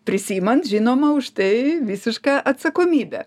prisiimant žinoma už tai visišką atsakomybę